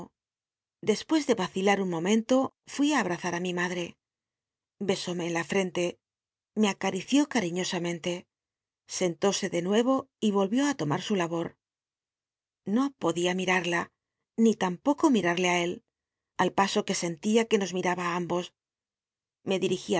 despues de vacila un momento fui a abrazar a mi madre besómc en la flcnle me acmició cariñosamente sentóse de nueyo y oiyió i tomar su labor no odia mi arla ni tampoco mitarlc i él al paso c ue sentía que nos cnlana y examiné milaba í ambos me dirigí